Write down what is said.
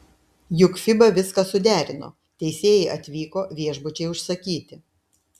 juk fiba viską suderino teisėjai atvyko viešbučiai užsakyti